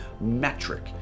metric